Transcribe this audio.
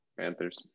Panthers